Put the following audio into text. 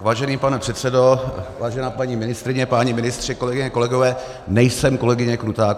Vážený pane předsedo, vážená paní ministryně, páni ministři, kolegyně, kolegové, nejsem kolegyně Krutáková.